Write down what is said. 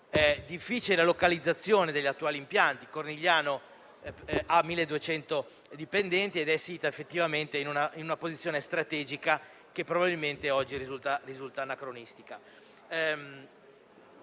difficile localizzazione degli attuali impianti. L'acciaieria di Cornigliano ha 1.200 dipendenti ed è sita effettivamente in una posizione strategica, che probabilmente oggi risulta anacronistica.